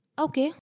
Okay